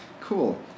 Cool